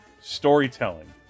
storytelling